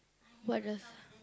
what the